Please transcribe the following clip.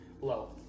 Low